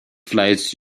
flights